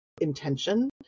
intention